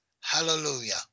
Hallelujah